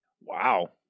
wow